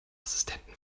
assistenten